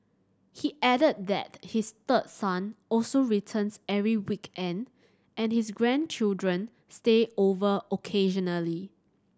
he added that his third son also returns every weekend and his grandchildren stay over occasionally